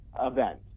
event